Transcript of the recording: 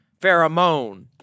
Pheromone